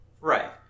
Right